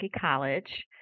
College